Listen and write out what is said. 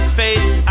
face